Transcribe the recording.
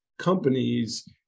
Companies